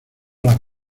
las